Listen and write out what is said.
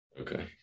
Okay